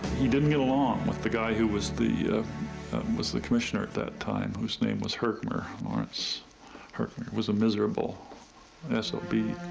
he didn't get along with the guy who was the was the commissioner at that time whose name was herchmer, lawrence herchmer. was a miserable s o b.